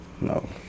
No